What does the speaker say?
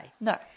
No